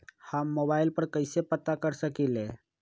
हम मोबाइल पर कईसे पता कर सकींले?